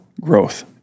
growth